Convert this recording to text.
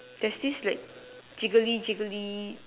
there's this like jiggly jiggly